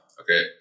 Okay